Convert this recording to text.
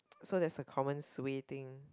so that's a common suay thing